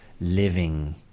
living